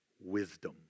wisdom